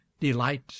delight